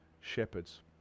shepherds